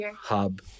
hub